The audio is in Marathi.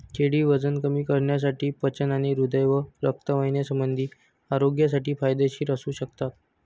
केळी वजन कमी करण्यासाठी, पचन आणि हृदय व रक्तवाहिन्यासंबंधी आरोग्यासाठी फायदेशीर असू शकतात